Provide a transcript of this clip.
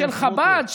של חב"ד,